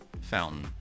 Fountain